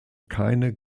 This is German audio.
keine